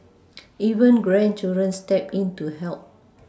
even grandchildren step in to help